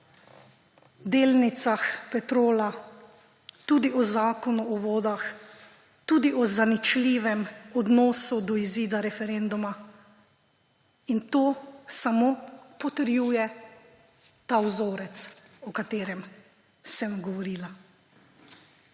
delnicah Petrola, tudi o Zakonu o vodah, tudi o zaničljivem odnosu do izida referenduma. To samo potrjuje vzorec, o katerem sem govorila.